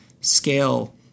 scale